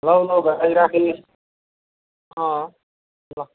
लौ लौ भाइ राखेँ अँ ल